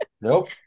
Nope